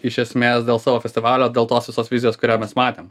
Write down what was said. iš esmės dėl savo festivalio dėl tos visos vizijos kurią mes matėm